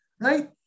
right